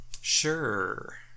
Sure